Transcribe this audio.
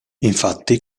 infatti